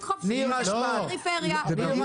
דואר בפריפריה זה לא כלכלי.